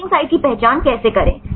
binding site की पहचान कैसे करें